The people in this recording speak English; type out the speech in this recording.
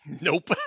Nope